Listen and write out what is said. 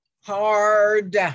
Hard